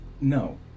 No